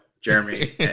Jeremy